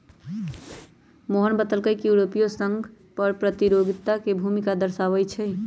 मोहन बतलकई कि यूरोपीय संघो कर प्रतियोगिता के भूमिका दर्शावाई छई